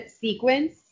sequence